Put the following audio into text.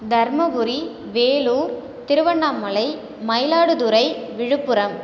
Dharmapuri Vellore Tiruvannamalai Mayiladuthurai Villupuram